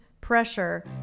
pressure